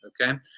okay